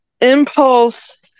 impulse